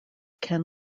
can